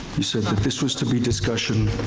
you said that this was to be discussion.